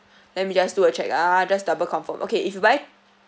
let me just do a check ah just double confirm okay if you buy